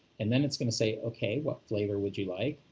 and then it's going to say, okay, what flavor would you like?